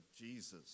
Jesus